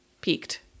peaked